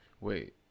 Wait